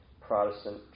Protestant